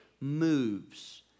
moves